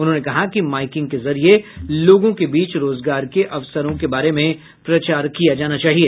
उन्होंने कहा कि माइकिंग के जरिये लोगों के बीच रोजगार के अवसरों के बारे में प्रचार किया जाना चाहिए